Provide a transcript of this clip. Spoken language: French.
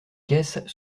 caisses